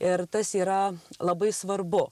ir tas yra labai svarbu